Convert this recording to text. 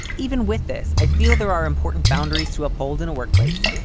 even with this, i feel there are important boundaries to uphold in a workplace.